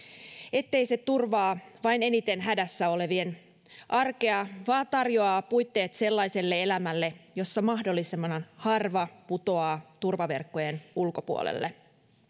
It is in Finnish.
ettei se turvaa vain eniten hädässä olevien arkea vaan tarjoaa puitteet sellaiselle elämälle jossa mahdollisimman harva putoaa turvaverkkojen ulkopuolelle